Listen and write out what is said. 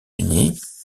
unis